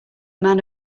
man